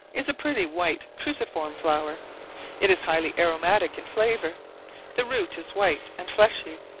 is a pretty white cruciform flower it is highly aromatic in flavour the root is white and fleshy,